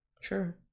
sure